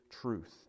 truth